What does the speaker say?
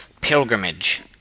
pilgrimage